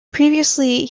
previously